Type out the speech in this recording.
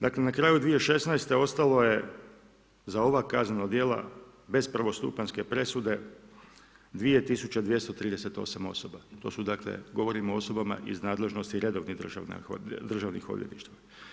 Dakle, na kraju 2016. ostalo je za ova kaznena djela bez prvostupanjske presude 2238 osoba i to su dakle, govorim o osobama iz nadležnosti redovnih državnih odvjetništava.